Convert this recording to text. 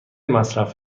مصرف